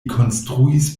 konstruis